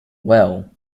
well